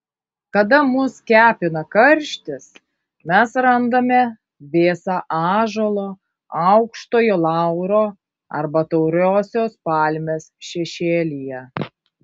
kada mus kepina karštis mes randame vėsą ąžuolo aukštojo lauro arba tauriosios palmės šešėlyje